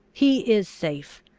he is safe.